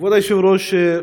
כבוד היושב-ראש,